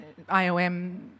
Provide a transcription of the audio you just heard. IOM